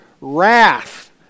wrath